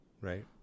right